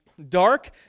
Dark